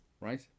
right